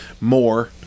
more